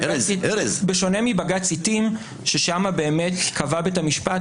בשונה מבג"ץ עיתים ששם באמת קבע בית המשפט